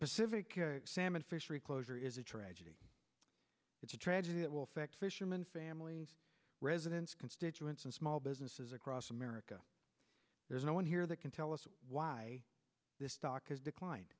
pacific salmon fishery closure is a tragedy it's a tragedy that will affect fishermen families residents constituents and small businesses across america there's no one here that can tell us why this stock has declined